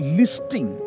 listing